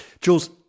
Jules